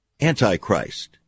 Antichrist